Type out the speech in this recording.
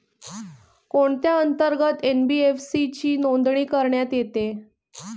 कोणत्या अंतर्गत एन.बी.एफ.सी ची नोंदणी करण्यात येते?